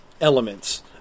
elements